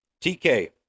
TK